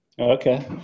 Okay